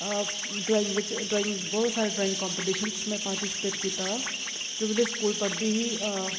अ drawing बिच drawing बहोत सारे ड्राइंग कम्पीटिशन में पार्टिसिपेट कीता ते जोल्लै में स्कूल पढ़दी ही